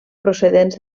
procedents